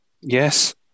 yes